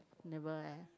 never eh